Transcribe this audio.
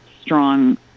strong